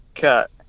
cut